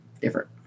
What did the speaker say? different